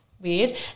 weird